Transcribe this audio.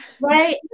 right